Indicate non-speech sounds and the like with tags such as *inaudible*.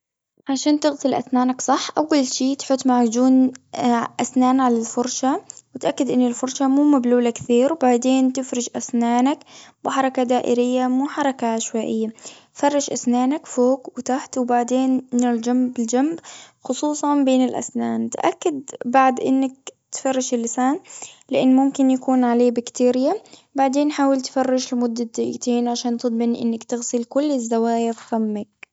عشان تغسل أسنانك صح. أول شي تحط معجون *hesitation* أسنان على الفرشة، وتأكد إن الفرشة مو مبلولة كثير. *noise* وبعدين تفرش أسنانك بحركة دائرية، مو حركة عشوائية. فرش أسنانك فوق وتحت، وبعدين من الجنب- الجنب *noise* خصوصا، بين الأسنان. تأكد بعد إنك تفرش اللسان، لأن ممكن يكون عليه بكتيريا. بعدين حاول تفرش لمدة دقيقتين، *noise* عشان تضمن إنك تغسل كل الزوايا في فمك.